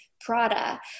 Prada